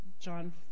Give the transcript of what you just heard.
John